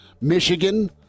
Michigan